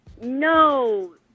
no